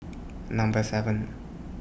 Number seven